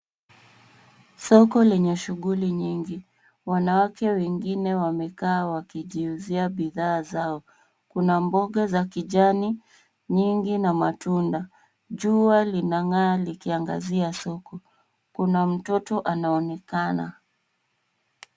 Soko lenye shughuli nyingi. Wanawake wengine wamekaa wakijiuzia bidhaa zao. Kuna mboga za kijani nyingi na matunda. Jua linang'aa likiangazia soko. Kuna mtoto anaonekana.